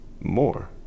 more